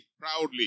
proudly